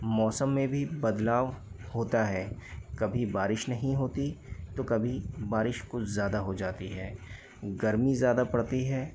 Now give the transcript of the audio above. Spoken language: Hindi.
मौसम में भी बदलाव होता है कभी बारिश नहीं होती तो कभी बारिश कुछ ज़्यादा हो जाती है गर्मी ज़्यादा पड़ती है